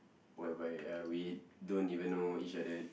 whereby uh we don't even know each other